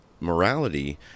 morality